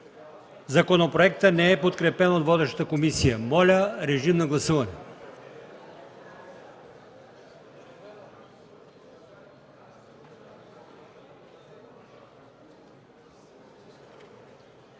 Законопроектът не е подкрепен от водещата комисия. Моля, гласувайте.